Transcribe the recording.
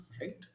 right